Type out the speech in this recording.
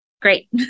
great